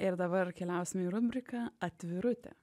ir dabar keliausim į rubriką atvirutė